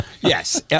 yes